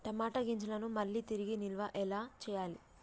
టమాట గింజలను మళ్ళీ తిరిగి నిల్వ ఎలా చేయాలి?